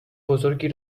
بزرگی